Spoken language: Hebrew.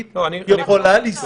קישור בין השב"כ לחולה.